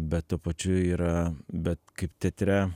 bet tuo pačiu yra bet kaip teatre